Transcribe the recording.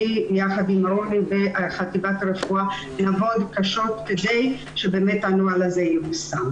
אני ביחד עם רוני וחטיבת הרפואה נעבוד קשות כדי שהנוהל הזה ייושם.